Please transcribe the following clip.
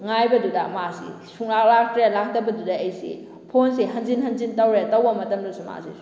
ꯉꯥꯏꯕꯗꯨꯗ ꯃꯥꯁꯤ ꯁꯨꯡꯂꯥꯛ ꯂꯥꯛꯇ꯭ꯔꯦ ꯂꯥꯛꯇꯕꯗꯨꯗ ꯑꯩꯁꯤ ꯐꯣꯟꯁꯤ ꯍꯟꯖꯤꯟ ꯍꯟꯖꯤꯟ ꯇꯧꯔꯦ ꯇꯧꯕ ꯃꯇꯝꯗꯁꯨ ꯃꯥꯁꯤ